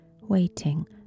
waiting